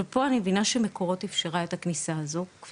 עכשיו,